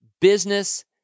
business